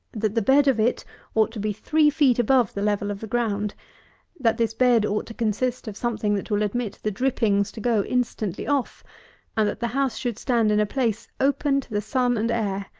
that the bed of it ought to be three feet above the level of the ground that this bed ought to consist of something that will admit the drippings to go instantly off and that the house should stand in a place open to the sun and air.